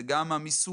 זה גם המיסוי,